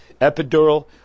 epidural